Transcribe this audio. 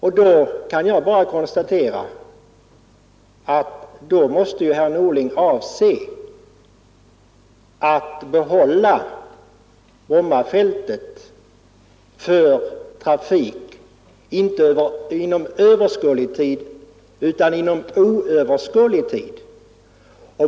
Då kan jag bara konstatera att herr Norling måste avse att behålla Brommafältet för trafik inte för överskådlig tid utan för oöverskådlig tid.